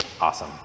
awesome